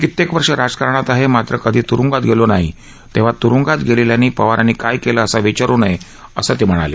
कित्येक वर्ष राजकारणात आहे मात्र कधी त्रुंगात गेलो नाही किंवा त्रुंगात गेलेल्यांनी पवारांनी काय केलं असं विचारू नये असं ते म्हणाले